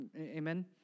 Amen